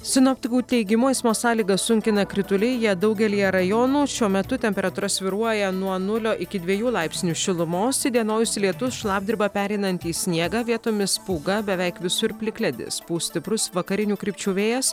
sinoptikų teigimu eismo sąlygas sunkina krituliai jie daugelyje rajonų šiuo metu temperatūra svyruoja nuo nulio iki dviejų laipsnių šilumos įdienojus lietus šlapdriba pereinanti į sniegą vietomis pūga beveik visur plikledis pūs stiprus vakarinių krypčių vėjas